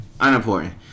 unimportant